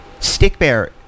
StickBear